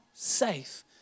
Safe